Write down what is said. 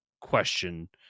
question